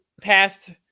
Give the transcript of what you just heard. past